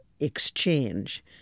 exchange